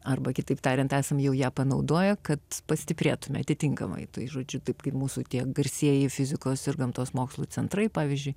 arba kitaip tariant esam jau ją panaudoję kad pastiprėtumėme atitinkamai tai žodžiu taip kaip mūsų tie garsieji fizikos ir gamtos mokslų centrai pavyzdžiui